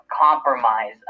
compromise